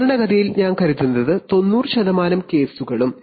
സാധാരണഗതിയിൽ ഞാൻ കരുതുന്നത് തൊണ്ണൂറു ശതമാനം കേസുകളും